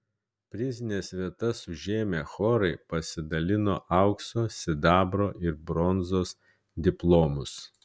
prizines vietas užėmę chorai pasidalino aukso sidabro ir bronzos diplomus